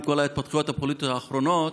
עם כל ההתפתחויות הפוליטיות האחרונות,